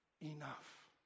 enough